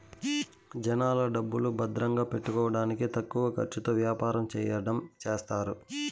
జనాల డబ్బులు భద్రంగా పెట్టుకోడానికి తక్కువ ఖర్చుతో యాపారం చెయ్యడం చేస్తారు